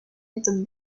into